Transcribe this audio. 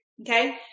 Okay